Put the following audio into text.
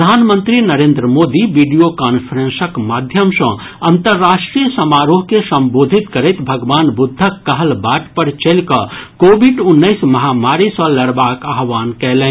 प्रधानमंत्री नरेन्द्र मोदी वीडियो कांफ्रेंसक माध्यम सँ अन्तर्राष्ट्रीय समारोह के संबोधित करैत भगवान बुद्धक कहल बाट पर चलि कऽ कोविड उन्नैस महामारी सँ लड़बाक आह्वान कयलनि